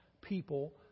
people